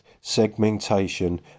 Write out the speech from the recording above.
segmentation